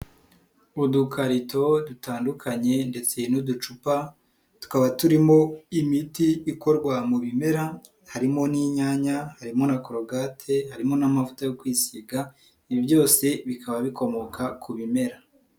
Udukarito dutandukanye ndetse n'uducupa tukaba turimo imiti ikorwa mu bimera harimo n'inyanya, harimo na korogate, harimo n'amavuta yo kwisiga, ibi byose bikaba bikomoka ku bimera.